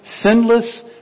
sinless